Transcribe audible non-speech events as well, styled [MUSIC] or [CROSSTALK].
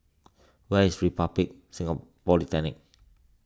where is Republic [UNINTELLIGIBLE] Polytechnic